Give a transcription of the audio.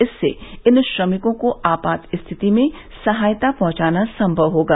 इससे इन श्रमिकों को आपात स्थिति में सहायता पहुंचाना संभव होगा